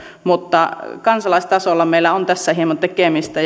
mutta kansalaistasolla meillä on tässä hieman tekemistä